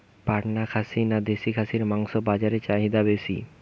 পাটনা খাসি না দেশী খাসির মাংস বাজারে চাহিদা বেশি?